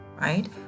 right